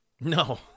No